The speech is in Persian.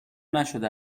نشده